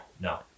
no